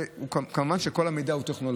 כמובן, כל המידע הוא טכנולוגי.